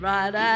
Right